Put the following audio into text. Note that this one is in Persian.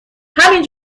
همین